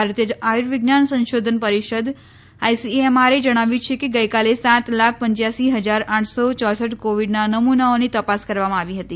ભારતીય આયુવિજ્ઞાન સંશોધન પરીષદ આઇસીએમઆરએ જણાવ્યું છે કે ગઇકાલે સાત લાખ પંચ્યાસી હજાર આઠસો ચોસઠ કોવિડના નમુનાઓની તપાસ કરવામાં આવી હતી